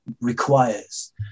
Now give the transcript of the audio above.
requires